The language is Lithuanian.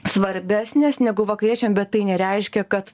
svarbesnės negu vakariečiam bet tai nereiškia kad